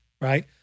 right